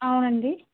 అవునండి